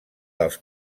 dels